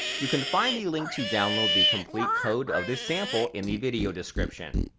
you can find the link to download the complete code of this sample in the video description.